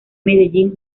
medellín